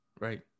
Right